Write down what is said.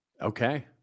Okay